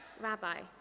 Rabbi